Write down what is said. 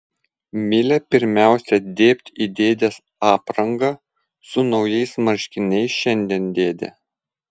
milė pirmiausia dėbt į dėdės aprangą su naujais marškiniais šiandien dėdė